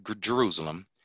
Jerusalem